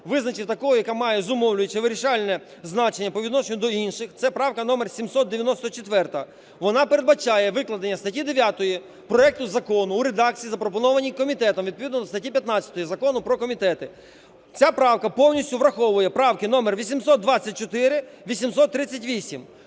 визначив такою, яка має зумовлююче, вирішальне значення по відношенню до інших, це правка номер 794. Вона передбачає викладення статті 9 проекту закону у редакції, запропонованій комітетом, відповідно до статті 15 Закону про комітети. Ця правка повністю враховує правки номер: 824, 838.